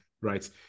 right